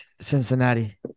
Cincinnati